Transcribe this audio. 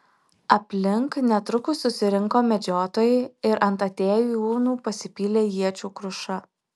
aplink netrukus susirinko medžiotojai ir ant atėjūnų pasipylė iečių kruša